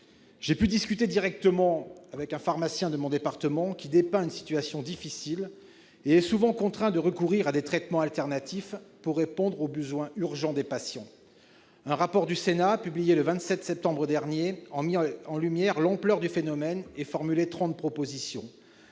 J'ai pu discuter directement avec un pharmacien de mon département, qui dépeint une situation difficile. Il est souvent contraint de recourir à des traitements alternatifs pour répondre aux besoins urgents des patients. Un rapport du Sénat, publié le 27 septembre dernier, a mis en lumière l'ampleur du phénomène ; trente propositions